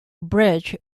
bridge